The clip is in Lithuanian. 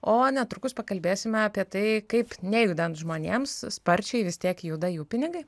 o netrukus pakalbėsime apie tai kaip nejudant žmonėms sparčiai vis tiek juda jų pinigai